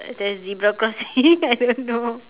there's a zebra crossing I don't know